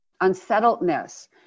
unsettledness